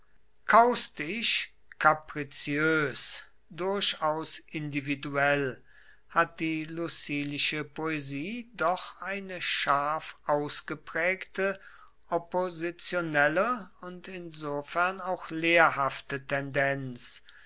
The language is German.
kaustisch kapriziös durchaus individuell hat die lucilische poesie doch eine scharf ausgeprägte oppositionelle und insofern auch lehrhafte tendenz